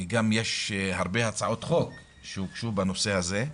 גם יש הרבה הצעות חוק שהוגשו בנושא הזה,